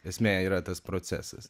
esmė yra tas procesas